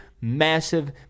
massive